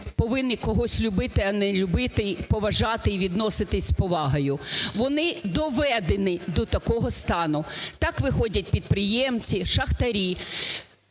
повинні когось любити або не любити, поважати і відноситись з повагою. Вони доведені до такого стану. Так виходять підприємці, шахтарі.